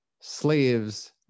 slaves